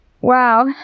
Wow